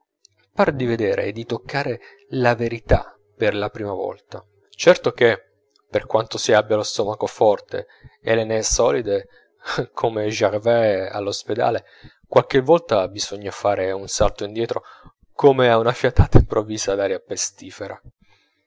di vedere e di toccare la verità per la prima volta certo che per quanto si abbia lo stomaco forte e le nez solide come gervaise all'ospedale qualche volta bisogna fare un salto indietro come a una fiatata improvvisa d'aria pestifera